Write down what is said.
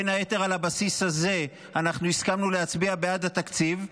בין היתר על הבסיס הזה הסכמנו להצביע בעד התקציב,